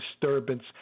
disturbance